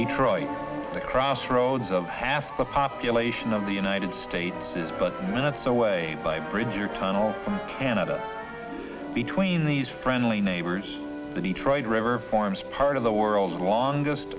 detroit the crossroads of half the population of the united states is but minutes away by bridge or tunnel from canada between these friendly neighbors the detroit river forms part of the world's longest